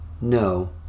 No